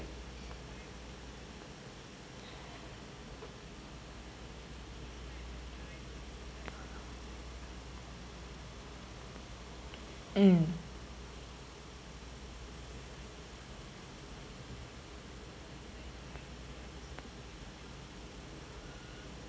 mm